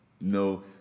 No